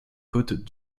côtes